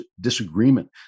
disagreement